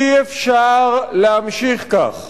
אי-אפשר להמשיך כך,